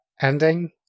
ending